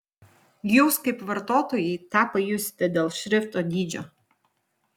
jūs kaip vartotojai tą pajusite dėl šrifto dydžio